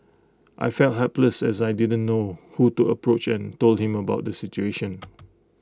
I felt helpless as I didn't know who to approach and told him about the situation